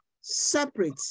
separate